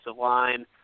line